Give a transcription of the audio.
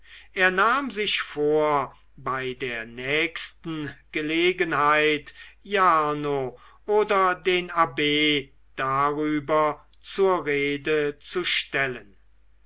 er nahm sich vor bei der nächsten gelegenheit jarno oder den abb darüber zur rede zu stellen